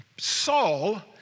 Saul